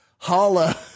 Holla